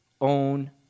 own